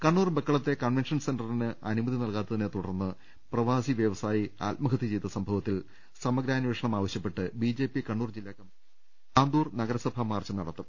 കണ്ണൂർ ബക്കളത്തെ കൺവെൻഷൻ സെന്ററിന് അനുമതി നൽകാത്തതിനെ തുടർന്ന് പ്രവാസി വ്യവസായി ആത്മഹത്യ ചെയ്ത സംഭവത്തിൽ സമഗ്രാന്വേഷണം ആവശ്യപ്പെട്ട് ബിജെപി കണ്ണൂർ ജില്ലാ കമ്മറ്റി ആന്തൂർ നഗരസഭാ മാർച്ച് നടത്തും